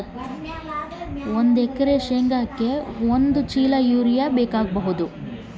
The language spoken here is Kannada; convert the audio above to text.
ಒಂದು ಎಕರೆ ಶೆಂಗಕ್ಕೆ ಎಷ್ಟು ಯೂರಿಯಾ ಬೇಕಾಗಬಹುದು?